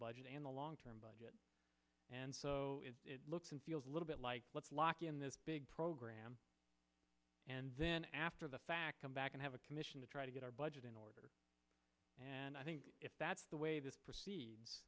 budget and the long term budget and so it looks and feels a little bit like let's lock in this big program and then after the fact come back and have a commission to try to get our budget in order and i think if that's the way this